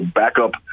backup